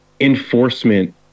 enforcement